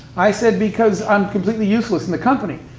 i said, because i'm completely useless in the company.